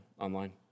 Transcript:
online